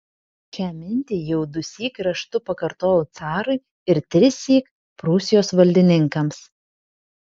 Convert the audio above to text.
šią mintį jau dusyk raštu pakartojau carui ir trissyk prūsijos valdininkams